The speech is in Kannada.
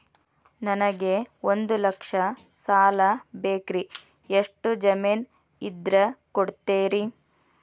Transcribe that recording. ನನಗೆ ಒಂದು ಲಕ್ಷ ಸಾಲ ಬೇಕ್ರಿ ಎಷ್ಟು ಜಮೇನ್ ಇದ್ರ ಕೊಡ್ತೇರಿ?